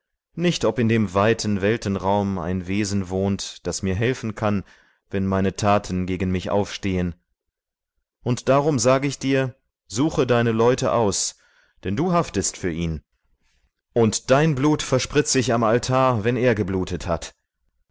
nicht ob in dem weiten weltenraum ein wesen wohnt das mir helfen kann wenn meine taten gegen mich aufstehen und darum sage ich dir suche deine leute aus denn du haftest für ihn und dein blut verspritze ich am altar wenn er geblutet hat